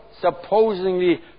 supposedly